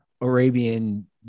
Arabian